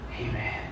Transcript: Amen